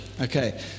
Okay